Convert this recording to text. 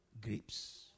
grapes